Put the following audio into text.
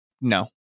No